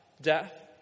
death